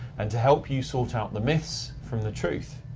and to help you sort out the myths from the truth.